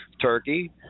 turkey